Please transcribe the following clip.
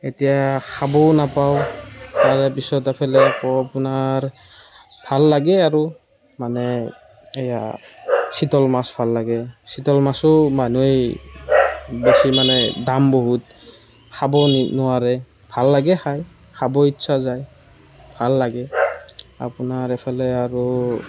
এতিয়া খাবও নাপাওঁ তাৰে পিছত ইফালে আকৌ আপোনাৰ ভাল লাগে আৰু মানে এয়া চিতল মাছ ভাল লাগে চিতল মাছো মানুহে বেছি মানে দাম বহুত খাবও নোৱাৰে ভাল লাগে খাই খাব ইচ্ছা যায় ভাল লাগে আপোনাৰ ইফালে আৰু